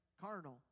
carnal